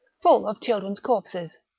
full of children's corpses.